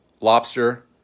lobster